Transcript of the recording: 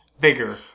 bigger